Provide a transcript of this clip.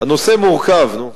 הנושא מורכב.